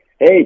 Hey